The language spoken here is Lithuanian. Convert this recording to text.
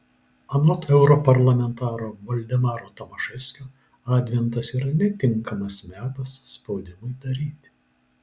anot europarlamentaro valdemaro tomaševskio adventas yra netinkamas metas spaudimui daryti